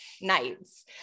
nights